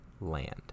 land